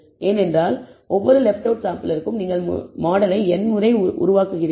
ஏனென்றால் ஒவ்வொரு left out சாம்பிளிற்கும் நீங்கள் மாடலை n முறை உருவாக்குகிறீர்கள்